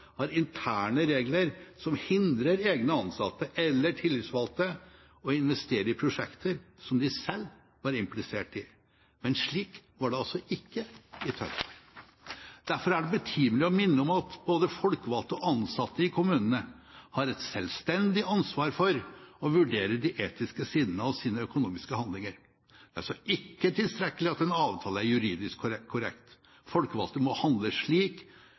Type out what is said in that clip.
har interne regler som hindrer egne ansatte eller tillitsvalgte i å investere i prosjekter som de selv var implisert i. Men slik var det altså ikke i Tønsberg. Derfor er det betimelig å minne om at både folkevalgte og ansatte i kommunene har et selvstendig ansvar for å vurdere de etiske sidene av sine økonomiske handlinger. Det er altså ikke tilstrekkelig at en avtale er juridisk korrekt. Folkevalgte må handle slik